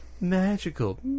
Magical